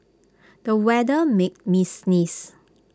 the weather made me sneeze